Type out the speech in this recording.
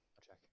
check